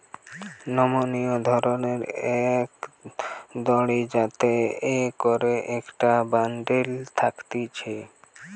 নমনীয় ধরণের এক দড়ি যাতে করে একটা হ্যান্ডেল থাকতিছে